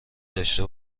داشته